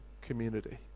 community